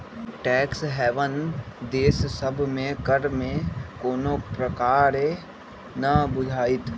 tax haven देश सभ में कर में कोनो प्रकारे न बुझाइत